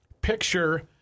picture